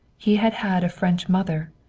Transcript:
he had had a french mother,